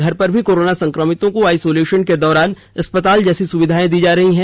घर पर भी कोरोना संक्रमितों को आइसोलेशन के दौरान अस्पताल जैसी सुविधाएं दी जा रही हैं